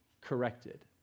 corrected